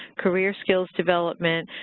career skills development,